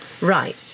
Right